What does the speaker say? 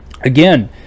Again